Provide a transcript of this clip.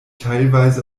teilweise